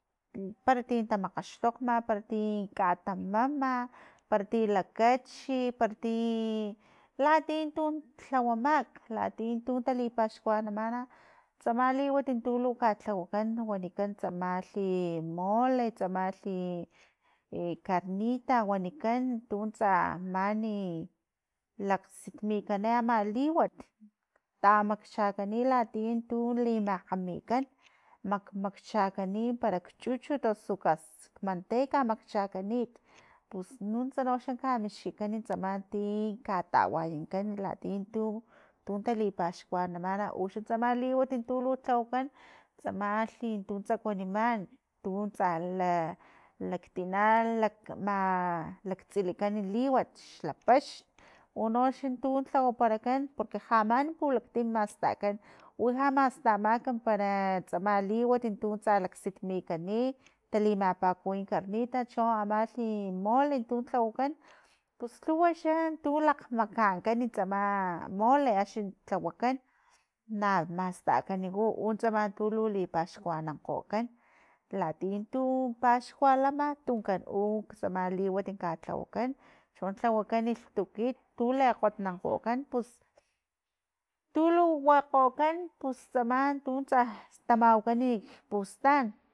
Paratin tamakgaxtakgma, parati katamama, parati lakachi, parati latia tun lhawamak, latia tu lipaxkuanamana tsam liwat tulu kalhawakan wanikan tsama tsamalhi mole, tsamalhi karnitas, wanikan tuntsa mani lakgsitmikani ama liwat tamakchakani latia tun limakgamikan mak- makchakani para nakchuchut osu ka manteca, makchakani pus nuntsa no xa kamixkikan tsama ti katawayankan latian tu- tun talipaxkuanamani uxan tsama liwat tu lu tlawakan tsamalhi untutsa kuaniman tuntsa la laktina lak ma laktsilikan liwat xlapaxn unoxan tu lhawaparakan porque ja man pulaktim mastakan uxa mastamak para tsama liwat untu tsa laksitmikani talimapakuwi carnitas, cho amalhi mole tun lhawakan, pus lhuwaxa tu lakgmakankan tsama mole axni tlawakan, na mastakan u utsama tu luli paxkuanankgokan latian tu paxkua lama tankan u tsamali liwat katlawakan chon tlawakani lhtukit tu lekgotnonkgokan pus, tulu wakgokan pus tsama tuntsa tamawakani kpustan.